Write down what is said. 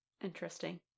Interesting